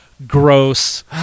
gross